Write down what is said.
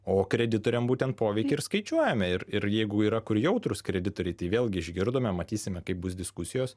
o kreditoriam būtent poveikį ir skaičiuojame ir ir jeigu yra kur jautrūs kreditoriai tai vėlgi išgirdome matysime kaip bus diskusijos